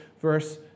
verse